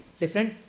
different